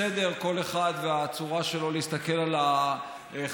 בסדר, כל אחד והצורה שלו להסתכל על החיים.